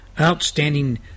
outstanding